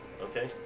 Okay